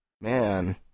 man